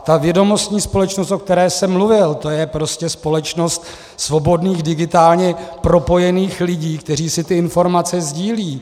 Ta vědomostní společnost, o které jsem mluvil, to je prostě společnost svobodných, digitálně propojených lidí, kteří si ty informace sdílejí.